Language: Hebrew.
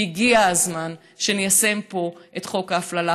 הגיע הזמן שניישם פה את חוק ההפללה,